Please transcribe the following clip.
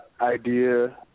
idea